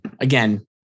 again